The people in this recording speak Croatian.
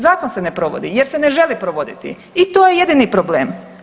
Zakon se ne provodi jer se ne želi provoditi i to je jedini problem.